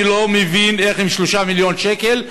אני לא מבין איך יכולים עם 3 מיליון שקל,